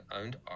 owned